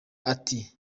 ati